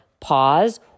Pause